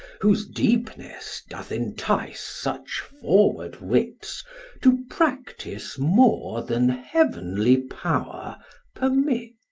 whose deepness doth entice such forward wits to practice more than heavenly power permits.